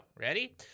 Ready